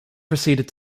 proceeded